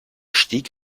stieg